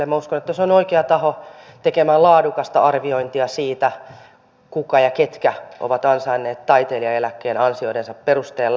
minä uskon että se on oikea taho tekemään laadukasta arviointia siitä kuka ja ketkä ovat ansainneet taiteilijaeläkkeen ansioidensa perusteella